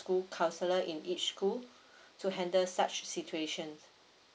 school counsellor in each school to handle such situation